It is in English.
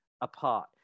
apart